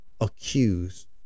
accuse